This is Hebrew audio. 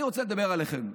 אני רוצה לדבר אליכם.